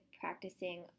practicing